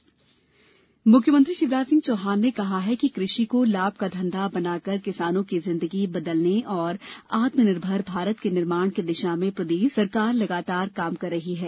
किसान कल्याण योजना मुख्यमंत्री शिवराज सिंह चौहान ने कहा है कि कृषि को लाभ का धंधा बनाकर किसानों की जिन्दगी बदलने और आत्मनिर्भर भारत के निर्माण की दिशा में प्रदेश सरकार लगातार काम कर रही है